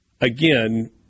again